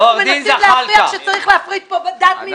מנסים להוכיח שצריך להפריד פה דת ממדינה,